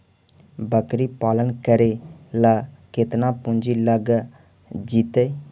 बकरी पालन करे ल केतना पुंजी लग जितै?